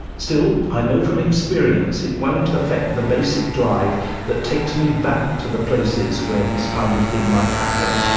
still, i know from experience it won't affect the basic drive that takes me back to the places where this kind of thing might happen,